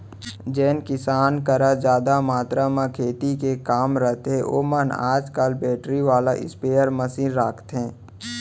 जेन किसान करा जादा मातरा म खेती के काम रथे ओमन आज काल बेटरी वाला स्पेयर मसीन राखथें